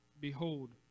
behold